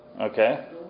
Okay